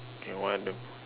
they want the